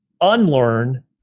unlearn